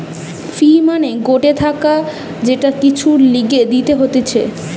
ফি মানে গটে টাকা যেটা কিছুর লিগে দিতে হতিছে